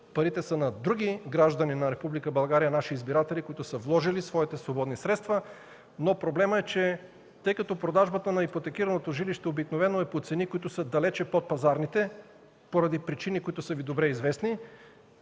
парите са на други граждани на Република България – наши избиратели, които са вложили своите свободни средства; проблемът е, че тъй като продажбата на ипотекираното жилище обикновено е по цени, които са далеч под пазарните поради причини, които са Ви добре известни,